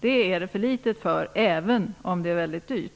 Det är det för litet för, även om det är väldigt dyrt.